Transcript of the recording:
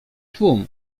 tłum